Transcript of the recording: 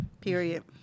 Period